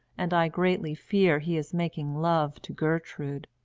and i greatly fear he is making love to gertrude.